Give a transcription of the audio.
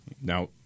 Now